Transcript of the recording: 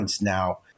now